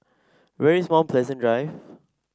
where is Mount Pleasant Drive